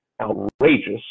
outrageous